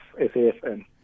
SAFN